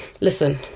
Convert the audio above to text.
Listen